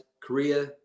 Korea